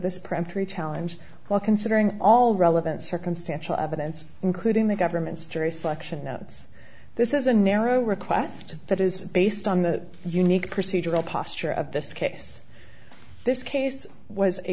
primary challenge well considering all relevant circumstantial evidence including the government's jury selection notes this is a narrow request that is based on the unique procedural posture of this case this case was a